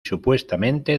supuestamente